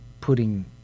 putting